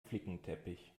flickenteppich